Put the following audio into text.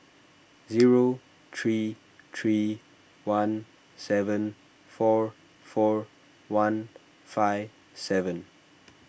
zero three three one seven four four one five seven